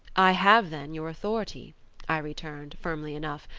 i have, then, your authority i returned, firmly enough,